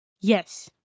Yes